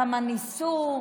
כמה ניסו,